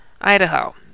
Idaho